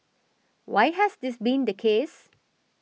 why has this been the case